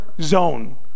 zone